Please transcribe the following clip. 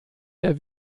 der